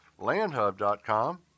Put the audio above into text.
landhub.com